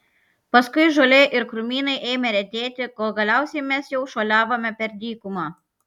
paskui žolė ir krūmynai ėmė retėti kol galiausiai mes jau šuoliavome per dykumą